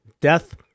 death